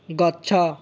ଗଛ